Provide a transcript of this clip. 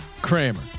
Kramer